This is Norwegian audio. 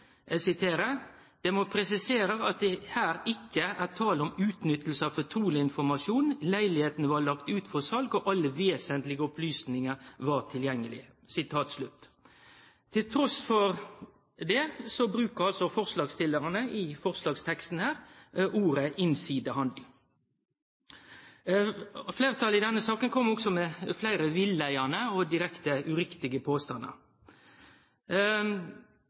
må presiseres at det her ikke er tale om utnyttelse av fortrolig informasjon, leilighetene var lagt ut for salg, og alle vesentlige opplysninger var